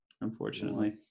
unfortunately